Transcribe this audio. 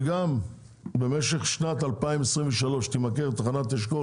ובמשך שנת 2023 תימכר תחנת אשכול